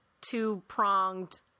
two-pronged